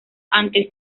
antes